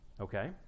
Okay